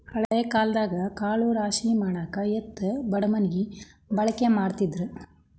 ಹಳೆ ಕಾಲದಾಗ ಕಾಳ ರಾಶಿಮಾಡಾಕ ಎತ್ತು ಬಡಮಣಗಿ ಬಳಕೆ ಮಾಡತಿದ್ರ